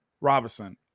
Robinson